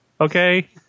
Okay